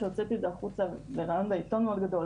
כשהוצאתי את זה החוצה בראיון בעיתון מאוד גדול,